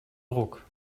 ruck